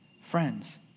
Friends